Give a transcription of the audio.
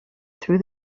through